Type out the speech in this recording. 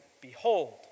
Behold